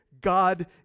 God